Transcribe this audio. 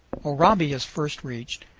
oraibi is first reached,